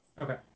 Okay